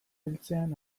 heltzean